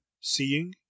seeing